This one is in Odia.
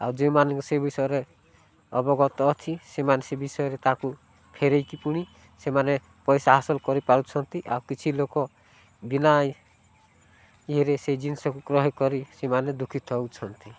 ଆଉ ଯେଉଁମାନଙ୍କୁ ସେ ବିଷୟରେ ଅବଗତ ଅଛି ସେମାନେ ସେ ବିଷୟରେ ତାକୁ ଫେରାଇକି ପୁଣି ସେମାନେ ପଇସା ହାସଲ କରିପାରୁଛନ୍ତି ଆଉ କିଛି ଲୋକ ବିନା ଇଏରେ ସେ ଜିନିଷକୁ କ୍ରୟ କରି ସେମାନେ ଦୁଃଖିତ ହେଉଛନ୍ତି